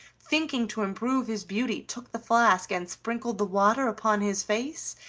thinking to improve his beauty, took the flask and sprinkled the water upon his face,